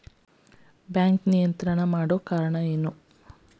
Bank ನಿಯಂತ್ರಣ ಮಾಡೊ ಕಾರ್ಣಾ ಎನು?